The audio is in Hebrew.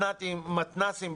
מתנ"סים,